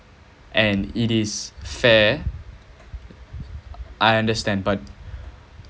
and it is fair I understand but